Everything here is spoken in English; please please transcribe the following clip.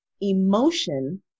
emotion